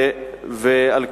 ועל כן,